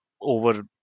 over